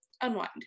unwind